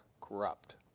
corrupt